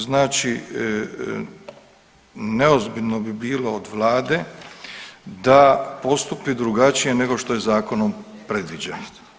Znači neozbiljno bi bilo od vlade da postupi drugačije nego što je zakonom predviđeno.